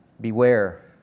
Beware